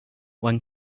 when